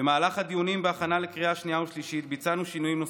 במהלך הדיונים בהכנה לקריאה שנייה ושלישית ביצענו שינויים נוספים.